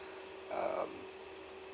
um